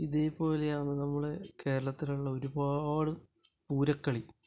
ഇതേ പോലെയാണ് നമ്മുടെ കേരളത്തിലുള്ള ഒരുപാട് പൂരക്കളി